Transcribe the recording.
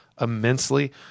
immensely